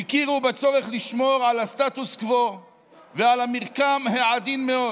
הכירו בצורך לשמור על הסטטוס קוו ועל המרקם העדין מאוד